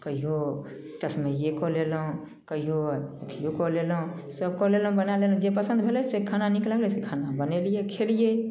कहिओ तसमैए कऽ लेलहुँ कहिओ अथिओ कऽ लेलहुँ सब कऽ लेलहुँ बना लेलहुँ जे पसन्द भेलै से खाना नीक लगलै से खाना बनेलिए खेलिए